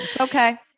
Okay